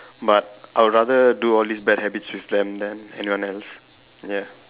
but I'll rather do all these bad habits with them than anyone else ya